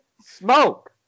smoke